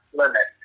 limit